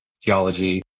geology